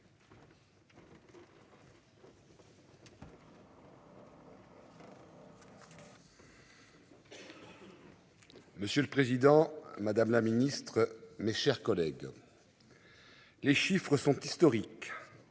Monsieur le Président Madame la Ministre, mes chers collègues. Les chiffres sont historiques.